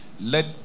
Let